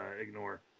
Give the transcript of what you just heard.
ignore